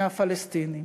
מהפלסטינים.